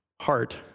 heart